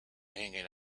hanging